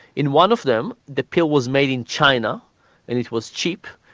in one of them the pill was made in china and it was cheap,